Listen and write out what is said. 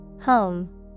Home